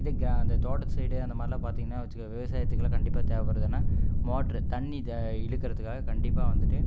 இதே கிராம இந்த தோட்டத்து சைடு அந்தமாதிரியெல்லாம் பார்த்தீங்கன்னா வச்சிக்கோ விவசாயத்துக்கெல்லாம் கண்டிப்பாக தேவைப்படுதுனா மோட்ரு தண்ணி இழுக்குறத்துக்காக கண்டிப்பாக வந்துட்டு